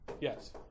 Yes